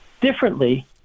differently